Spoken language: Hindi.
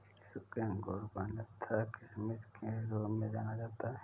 सूखे अंगूर को अन्यथा किशमिश के रूप में जाना जाता है